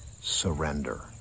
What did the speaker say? Surrender